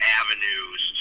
avenues